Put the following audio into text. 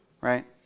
right